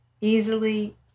easily